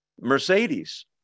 Mercedes